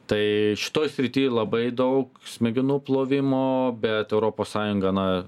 tai šitoj srity labai daug smegenų plovimo bet europos sąjunga na